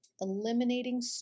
eliminating